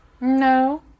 No